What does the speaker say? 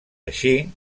així